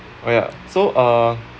oh ya so uh